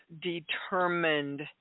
determined